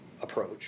approach